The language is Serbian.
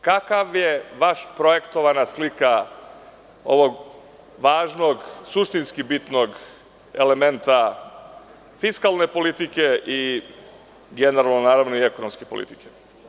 Kakva je vaša projektovana slika ovog važnog, suštinski bitnog elementa fiskalne politike generalno i ekonomske politike?